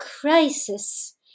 crisis